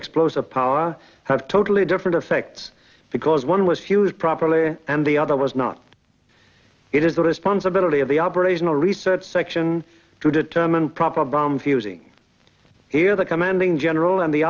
explosive power have totally different effects because one was used properly and the other was not it is the responsibility of the operational research section to determine proper bumf using here the commanding general and the